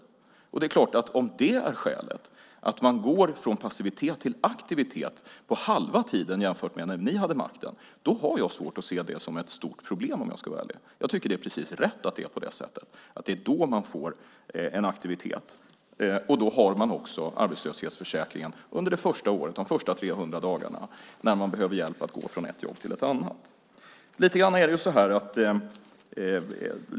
Jag har svårt att se det som ett stort problem om det är skälet till att man går från passivitet till aktivitet på halva tiden jämfört med när ni hade makten. Det är precis rätt att det är så. Det är då man får komma in i en aktivitet. Då utgår också ersättning från arbetslöshetsförsäkringen under de första 300 dagarna när man behöver hjälp att gå från ett jobb till ett annat.